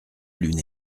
lune